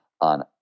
on